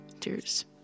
cheers